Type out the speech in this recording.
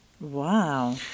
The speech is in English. Wow